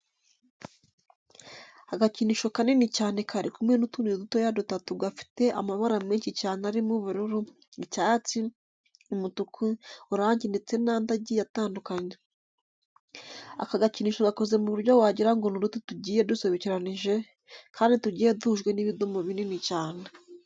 Agakinisho kanini cyane kari kumwe n'utundi dutoya dutatu gafite amabara menshi cyane arimo ubururu, icyasti, umutuku, oranje ndetse n'andi agiye atandukanye. Aka gakinisho gakoze mu buryo wagira ngo ni uduti tugiuye dusobekeranije kandi tugiye duhujwe n'ibidomo binini cyane.